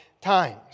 times